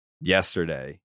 yesterday